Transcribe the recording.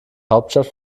hauptstadt